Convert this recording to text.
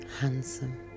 handsome